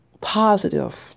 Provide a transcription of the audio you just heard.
positive